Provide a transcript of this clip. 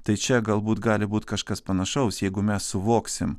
tai čia galbūt gali būt kažkas panašaus jeigu mes suvoksim